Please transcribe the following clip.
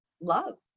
love